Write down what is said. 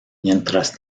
mientras